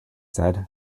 said